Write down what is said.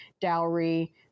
dowry